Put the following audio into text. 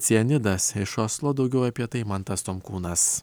cianidas iš oslo daugiau apie tai mantas tomkūnas